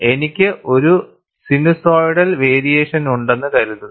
എനിക്ക് ഒരു സിനുസോയ്ഡൽ വേരിയേഷനുണ്ടെന്ന് കരുതുക